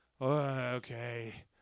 Okay